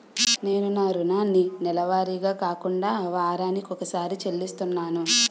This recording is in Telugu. నేను నా రుణాన్ని నెలవారీగా కాకుండా వారాని కొక్కసారి చెల్లిస్తున్నాను